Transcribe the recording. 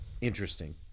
interesting